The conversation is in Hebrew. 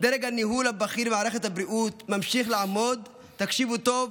"דרג הניהול הבכיר במערכת הבריאות ממשיך לעמוד" תקשיבו טוב,